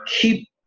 Keep